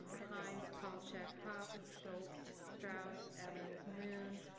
hynes, palchik, hough, schultz, strauss, evans, moon,